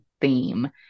theme